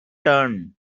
turn